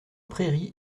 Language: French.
prairies